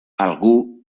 algú